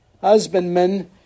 Husbandmen